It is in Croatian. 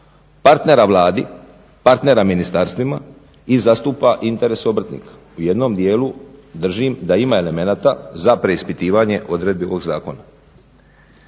partnera Vladi, partnera ministarstvima i zastupa interes obrtnika. U jednom dijelu držim da ima elemenata za preispitivanje odredbi ovog zakona.